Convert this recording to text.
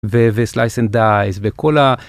וסלייס אנד אייס וקולה.